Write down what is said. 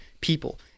people